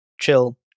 chill